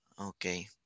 okay